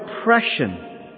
oppression